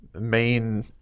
main